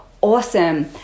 awesome